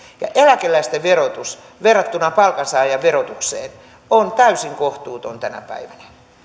ja eläkeläisten verotus verrattuna palkansaajien verotukseen on täysin kohtuuton tänä päivänä